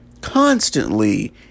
Constantly